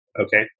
Okay